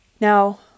Now